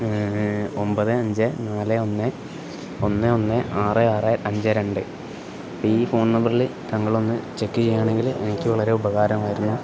ഒമ്പതേ അഞ്ചേ നാലേ ഒന്നേ ഒന്നേ ഒന്നേ ആറേ ആറേ അഞ്ചേ രണ്ട് ഇ ഈ ഫോൺ നമ്പറില് തങ്ങളൊന്ന് ചെക്ക് ചെയ്യണെങ്കില് എനിക്ക് വളരെ ഉപകാരമായിരുന്നു